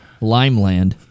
Limeland